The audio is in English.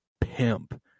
pimp